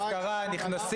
אני מבקש